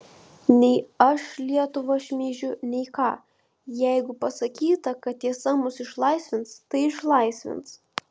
nei aš lietuvą šmeižiu nei ką jeigu pasakyta kad tiesa mus išlaisvins tai išlaisvins